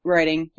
Writing